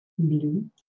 Blue